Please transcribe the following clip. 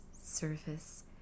surface